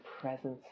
presence